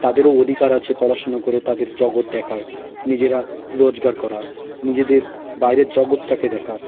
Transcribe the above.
তাদেরও অধিকার আছে পড়াশুনো করে তাদের জগৎ দেখার নিজেরা রোজগার করার নিজেদের বাইরের জগৎটাকে দেখার